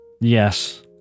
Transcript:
Yes